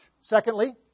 Secondly